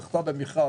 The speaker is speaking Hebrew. זכתה במכרז,